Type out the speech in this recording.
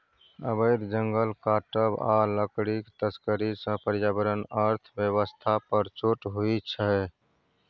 अबैध जंगल काटब आ लकड़ीक तस्करी सँ पर्यावरण अर्थ बेबस्था पर चोट होइ छै